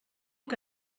que